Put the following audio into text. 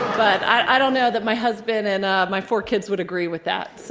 but i don't know that my husband and ah my four kids would agree with that, so,